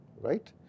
Right